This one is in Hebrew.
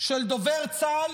של דובר צה"ל,